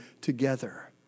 together